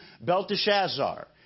Belteshazzar